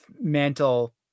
mantle